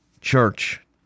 church